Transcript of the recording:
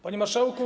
Panie Marszałku!